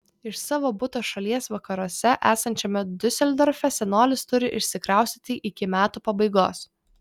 iš savo buto šalies vakaruose esančiame diuseldorfe senolis turi išsikraustyti iki metų pabaigos